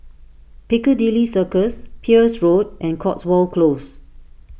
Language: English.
Piccadilly Circus Peirce Road and Cotswold Close